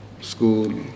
school